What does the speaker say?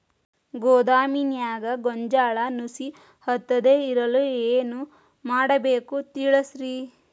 ಗೋದಾಮಿನ್ಯಾಗ ಗೋಂಜಾಳ ನುಸಿ ಹತ್ತದೇ ಇರಲು ಏನು ಮಾಡಬೇಕು ತಿಳಸ್ರಿ